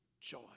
joy